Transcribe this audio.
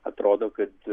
atrodo kad